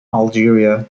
algeria